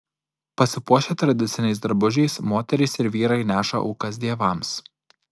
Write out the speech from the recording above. pasipuošę tradiciniais drabužiais moterys ir vyrai neša aukas dievams